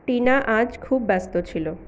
টিনা আজ খুব ব্যস্ত ছিলো